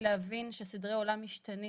להבין שסדרי עולם משתנים